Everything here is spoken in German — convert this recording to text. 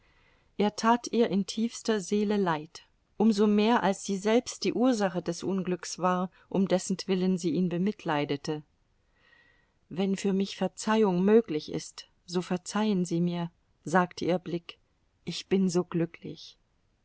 er tat ihr in tiefster seele leid um so mehr als sie selbst die ursache des unglücks war um dessentwillen sie ihn bemitleidete wenn für mich verzeihung möglich ist so verzeihen sie mir sagte ihr blick ich bin so glücklich